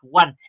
one